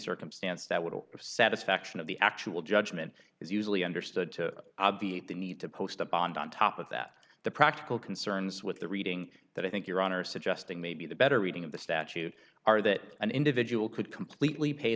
circumstance that would of satisfaction of the actual judgment is usually understood to obviate the need to post a bond on top of that the practical concerns with the reading that i think your honor suggesting may be the better reading of the statute are that an individual could completely pay